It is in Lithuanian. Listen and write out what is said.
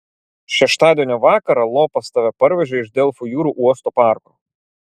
šeštadienio vakarą lopas tave parvežė iš delfų jūrų uosto parko